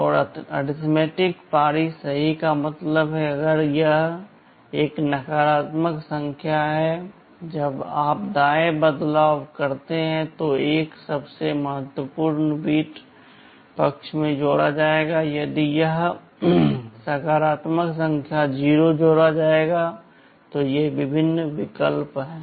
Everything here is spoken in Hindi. और अरिथमेटिक पारी सही का मतलब है कि अगर यह एक नकारात्मक संख्या है जब आप दाएं बदलाव करते हैं तो 1 को सबसे महत्वपूर्ण बिट पक्ष में जोड़ा जाएगा यदि यह सकारात्मक संख्या 0 जोड़ा जाएगा तो ये विभिन्न विकल्प हैं